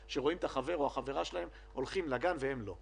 למה החבר או החברה שלהם הולכים לגן והם לא.